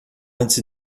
antes